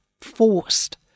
forced